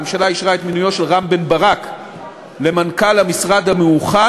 הממשלה אישרה את מינויו של רם בן ברק למנכ"ל המשרד המאוחד,